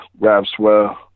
Rapswell